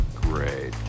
great